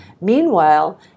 Meanwhile